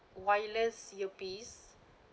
wireless earpiece